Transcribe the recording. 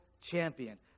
champion